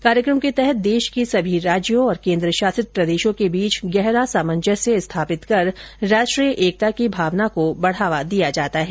इस कार्यक्रम के तहत देश के सभी राज्यों और केन्द्रशासित प्रदेशों के बीच गहरा सामंजस्य स्थापित कर राष्ट्रीय एकता की भावना को बढ़ावा दिया जाता है